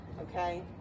okay